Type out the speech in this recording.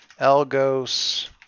Elgos